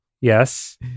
Yes